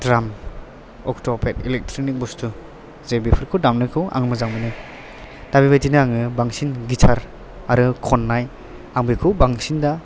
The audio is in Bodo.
द्राम अक्ट'पेड इलेकट्रनिक बुस्तु जे बेफोरखौ दामनायखौ आं मोजां मोनो दा बेबायदिनो आङो बांसिन गिथार आरो खननाय आं बेखौ बांसिन दा